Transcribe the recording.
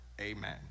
Amen